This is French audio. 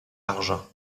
argent